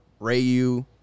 Rayu